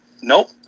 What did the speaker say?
nope